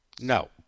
No